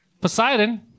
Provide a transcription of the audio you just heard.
Poseidon